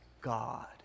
God